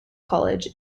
college